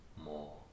more